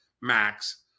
max